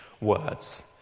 words